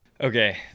Okay